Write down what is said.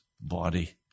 body